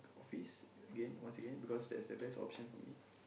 office again once again because that's the best option for me